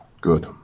Good